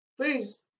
Please